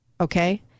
Okay